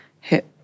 hit